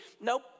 nope